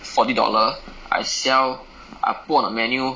forty dollar I sell I put on the menu